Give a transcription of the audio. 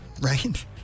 Right